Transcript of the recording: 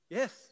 Yes